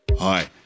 Hi